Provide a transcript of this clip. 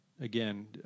again